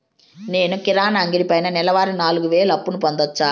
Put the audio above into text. నేను కిరాణా అంగడి పైన నెలవారి నాలుగు వేలు అప్పును పొందొచ్చా?